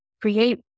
create